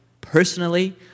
personally